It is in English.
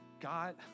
God